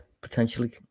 potentially